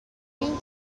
این